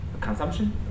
consumption